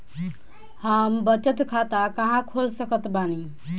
हम बचत खाता कहां खोल सकत बानी?